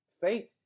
Faith